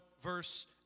verse